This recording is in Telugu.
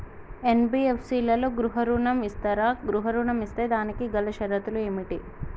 ఎన్.బి.ఎఫ్.సి లలో గృహ ఋణం ఇస్తరా? గృహ ఋణం ఇస్తే దానికి గల షరతులు ఏమిటి?